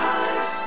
eyes